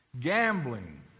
gambling